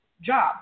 job